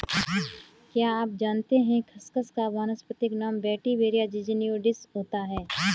क्या आप जानते है खसखस का वानस्पतिक नाम वेटिवेरिया ज़िज़नियोइडिस होता है?